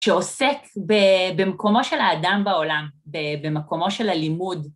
שעוסק במקומו של האדם בעולם, במקומו של הלימוד.